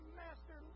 master